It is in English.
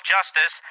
Justice